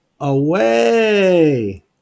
away